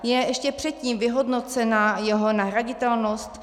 Je ještě předtím vyhodnocena jeho nahraditelnost?